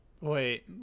wait